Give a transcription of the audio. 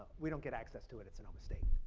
we don't get access to it at sonoma state.